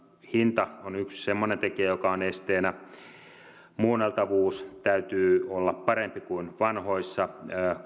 hinta on yksi semmoinen tekijä joka on esteenä muunneltavuuden täytyy olla parempi kuin vanhoissa